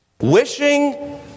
Wishing